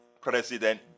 President